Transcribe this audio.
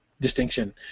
distinction